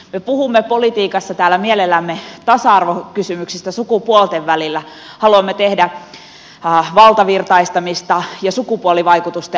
me puhumme politiikassa täällä mielellämme tasa arvokysymyksistä sukupuolten välillä haluamme tehdä valtavirtaistamista ja sukupuolivaikutusten arviointia